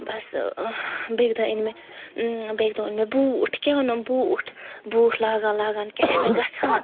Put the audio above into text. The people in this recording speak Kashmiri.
بَس ٲں بیٚیہِ دۄہ أنۍ مےٚ ٲں بیٚکہِ دۄہ اوٚن مےٚ بوٗٹھ کیٛاہ اوٚنُم بوٗٹھ بوٗٹھ لاگان لاگان کیٛاہ چھُ مےٚ گژھان